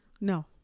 No